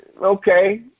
okay